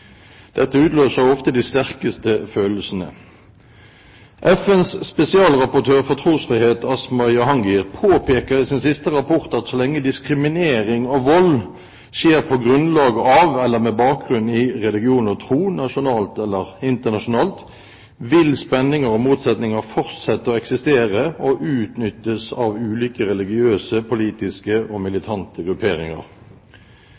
Dette utløser ofte de sterkeste følelsene. FNs spesialrapportør for trosfrihet, Asma Jahangir, påpeker i sin siste rapport at så lenge diskriminering og vold skjer på grunnlag av eller med bakgrunn i religion og tro nasjonalt eller internasjonalt, vil spenninger og motsetninger fortsette å eksistere og utnyttes av ulike religiøse, politiske og